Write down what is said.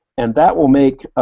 and that will make